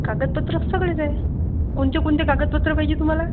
कागदपत्रं सगळेच आहे कोणते कोणते कागदपत्रं पाहिजे तुम्हाला